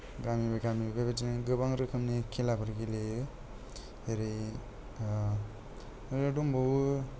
गामि बाय गामि बेबादिनो गोबां रोखोमनि खेलाफोर गेलेयो जेरै ओ आरो दंबावो